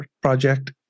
project